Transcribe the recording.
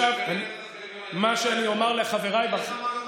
מה אתה יכול לומר על החברים החרדים שלך בקואליציה?